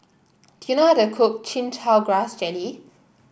do you know how to cook Chin Chow Grass Jelly